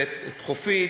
וחופית,